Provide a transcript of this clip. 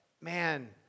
man